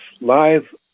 live